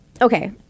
Okay